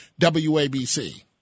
WABC